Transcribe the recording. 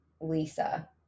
Lisa